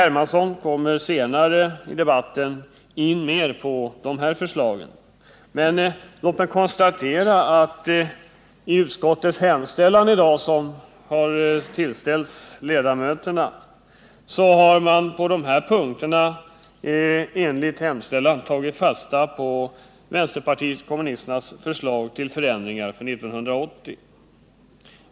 Hermansson kommer senare in mer på dessa förslag, men låt mig konstatera att i den hemställan som utskottet i dag tillställt kammarens ledamöter har man på dessa punkter tagit fasta på vpk:s förslag till förändringar för 1980.